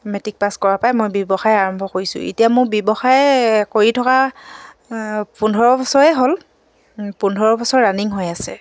matric pass কৰাৰ পৰাই মই ব্যৱসায় আৰম্ভ কৰিছোঁ এতিয়া মোৰ ব্যৱসায় কৰি থকা পোন্ধৰ বছৰে হ'ল পোন্ধৰ বছৰ ৰানিং হৈ আছে